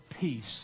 peace